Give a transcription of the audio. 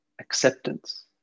Acceptance